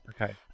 Okay